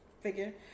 figure